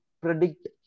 predict